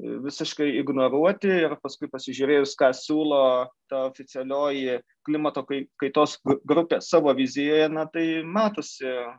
visiškai ignoruoti ir paskui pasižiūrėjus ką siūlo ta oficialioji klimato kai kaitos grupė savo vizijoje na tai matosi